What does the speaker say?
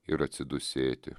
ir atsidūsėti